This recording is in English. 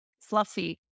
fluffy